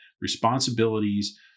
responsibilities